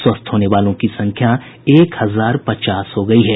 स्वस्थ होने वालों की संख्या एक हजार पचास हो गयी है